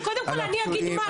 על הפצועים,